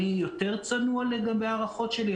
אני יותר צנוע לגבי ההערכות שלי,